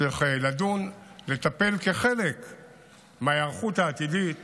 צריך לדון, לטפל כחלק מההיערכות העתידית